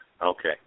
Okay